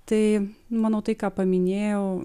tai manau tai ką paminėjau